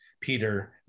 Peter